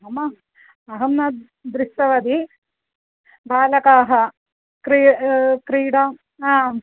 मम अहं न दृष्टवती बालकाः क्रीडा क्रीडाम् आम्